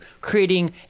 creating